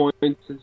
points